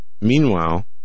Meanwhile